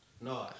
no